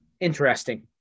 interesting